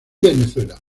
venezuela